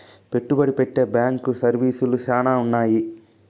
పెట్టుబడి పెట్టే బ్యాంకు సర్వీసులు శ్యానా ఉన్నాయి